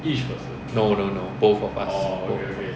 no no no both of us